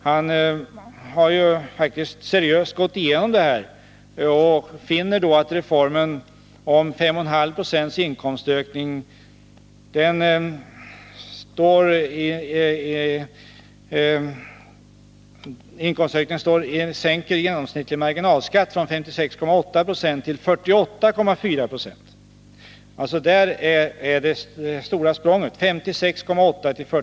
Han har faktiskt gjort en seriös genomgång, och han har då funnit att reformen vid 5,5 26 inkomstökning sänker den genomsnittliga marginalskatten från 56,8 96 till 48,4 26. Här är det stora språnget.